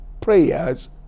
Prayers